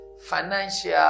financial